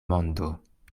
mondo